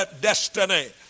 destiny